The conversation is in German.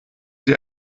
sie